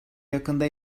yakında